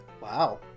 Wow